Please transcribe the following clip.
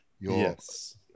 yes